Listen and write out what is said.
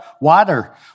water